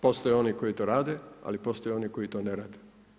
Postoje oni koji to rade, ali postoje i oni koji to ne rade.